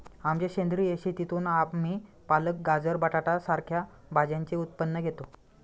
आमच्या सेंद्रिय शेतीतून आम्ही पालक, गाजर, बटाटा सारख्या भाज्यांचे उत्पन्न घेतो